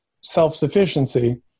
self-sufficiency